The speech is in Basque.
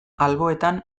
alboetan